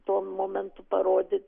tuo momentu parodyt